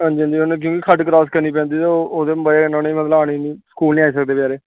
हां जी हां जी हुन अग्गै बी खड्ड क्रास करनी पैंदी ते ओह् ओह्दी वजह कन्नै मतलब औने नी स्कूल नी आई सकदे बचैरे